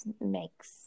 makes